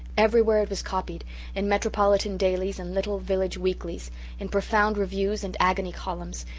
everywhere it was copied in metropolitan dailies and little village weeklies in profound reviews and agony columns,